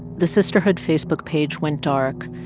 the sisterhood facebook page went dark.